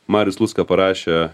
marius lucka parašė